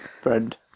friend